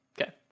Okay